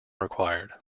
required